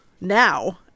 now